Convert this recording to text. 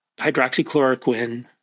hydroxychloroquine